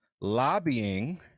lobbying